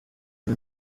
nta